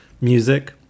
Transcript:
music